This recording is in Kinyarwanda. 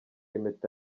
impeta